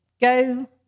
go